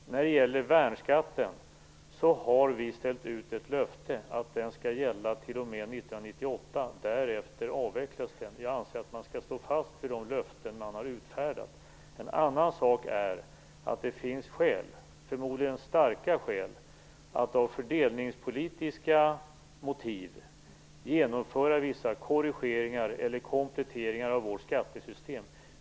När det gäller värnskatten har vi ställt ut ett löfte att den skall gälla t.o.m. 1998, därefter avvecklas den. Jag anser att man skall stå fast vid de löften man har utfärdat. En annan sak är att det finns skäl, förmodligen starka skäl, att av fördelningspolitiska motiv genomföra vissa korrigeringar eller kompletteringar av vårt skattesystem.